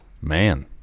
Man